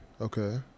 Okay